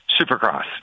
Supercross